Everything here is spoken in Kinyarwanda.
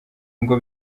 ngo